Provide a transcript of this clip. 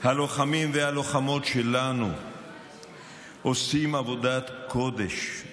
הלוחמים והלוחמות שלנו עושים עבודת קודש,